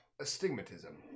astigmatism